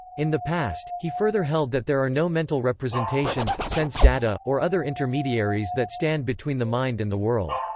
in the past, he further held that there are no mental representations, sense data, or other intermediaries that stand between the mind and the world.